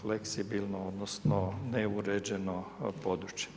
fleksibilno, odnosno, neuređeno područje.